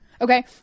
Okay